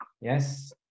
Yes